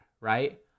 right